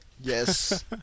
Yes